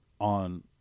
on